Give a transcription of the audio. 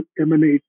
emanate